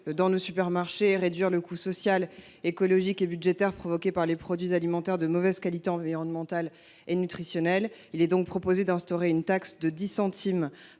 dans nos supermarchés et de réduire le coût social, écologique et budgétaire des produits alimentaires de mauvaise qualité environnementale et nutritionnelle. Il est ainsi proposé d’instaurer une taxe de 10 centimes